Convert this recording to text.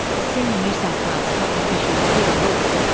senior new south wales health official peter lewis,